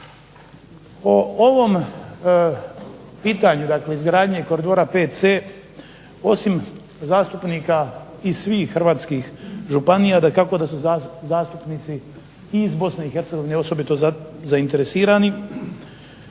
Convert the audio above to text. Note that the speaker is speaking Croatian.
O ovom pitanju dakle izgradnje koridora VC, osim zastupnika iz svih hrvatskih županija dakako da su zastupnici i iz Bosne i Hercegovine osobito zainteresirani